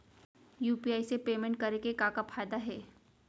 UPI से payment करे के का का फायदा हे?